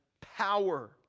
power